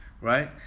Right